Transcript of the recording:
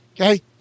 Okay